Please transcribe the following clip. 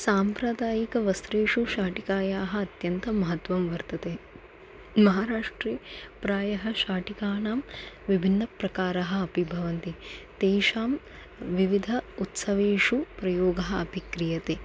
साम्प्रदायिकवस्त्रेषु शाटिकायाः अत्यन्तं महत्वं वर्तते महाराष्ट्रे प्रायः शाटिकानां विभिन्नप्रकाराः अपि भवन्ति तेषां विविधः उत्सवेषु प्रयोगः अपि क्रियते